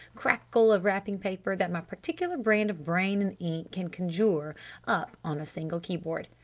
crackle of wrapping paper, that my particular brand of brain and ink can conjure up on a single keyboard!